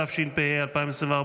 התשפ"ה 2024,